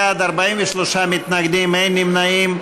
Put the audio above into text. בעד, 49, נגד, 43 ואין נמנעים.